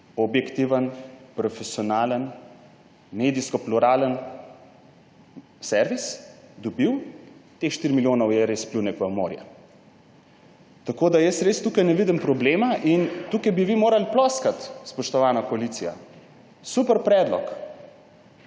objektiven, profesionalen, medijsko pluralen servis, dobil, so ti 4 milijoni evrov res pljunek v morje. Tako jaz tu res ne vidim problema. In tukaj bi vi morali ploskati, spoštovana koalicija, super predlog!